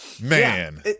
man